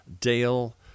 Dale